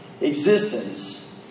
existence